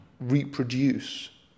reproduce